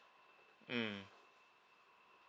mm